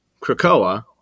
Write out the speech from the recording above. Krakoa